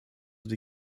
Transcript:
die